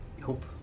Nope